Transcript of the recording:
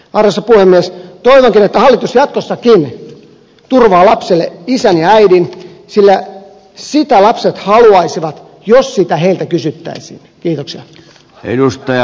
toivonkin että hallitus jatkossakin turvaa lapselle isän ja äidin sillä sitä lapset haluaisivat jos sitä heiltä kysyttäisiin